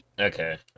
Okay